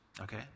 Okay